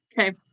Okay